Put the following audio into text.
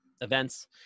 events